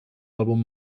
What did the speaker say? àlbum